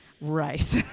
Right